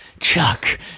Chuck